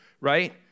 right